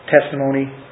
Testimony